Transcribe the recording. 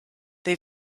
they